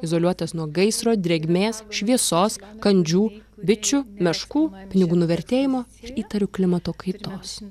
izoliuotas nuo gaisro drėgmės šviesos kandžių bičių meškų pinigų nuvertėjimo ir įtariu klimato kaitos